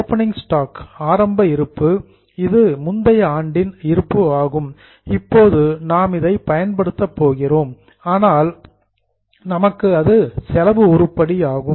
opening stock ஆரம்ப இருப்பு இது முந்தைய ஆண்டின் இருப்பு ஆகும் இப்போது நாம் இதை பயன்படுத்த போகிறோம் அதனால் நமக்கு அது செலவு உருப்படி ஆகும்